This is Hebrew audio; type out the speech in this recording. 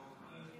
אין נמנעים.